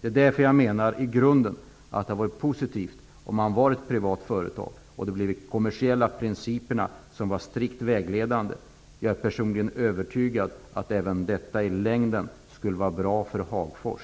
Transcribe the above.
Jag menar därför att det i grunden hade varit positivt om företaget var privat och de kommersiella principerna var strikt vägledande. Jag är personligen övertygad om att detta i längden skulle vara bra även för Hagfors.